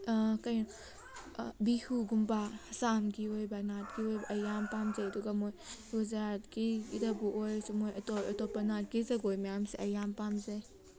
ꯀꯩꯅꯣ ꯕꯤꯍꯨꯒꯨꯝꯕ ꯑꯁꯥꯝꯒꯤ ꯑꯣꯏꯕ ꯅꯥꯠꯀꯤ ꯑꯣꯏꯕ ꯑꯩ ꯌꯥꯝ ꯄꯥꯝꯖꯩ ꯑꯗꯨꯒ ꯃꯣꯏ ꯒꯨꯖꯔꯥꯠꯀꯤꯗꯕꯨ ꯑꯣꯏꯔꯁꯨ ꯃꯣꯏ ꯑꯇꯣꯞ ꯑꯇꯣꯞꯄ ꯅꯥꯠꯀꯤ ꯑꯣꯏꯕ ꯖꯒꯣꯏ ꯃꯌꯥꯝꯁꯦ ꯑꯩ ꯌꯥꯝ ꯄꯥꯝꯖꯩ